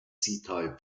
type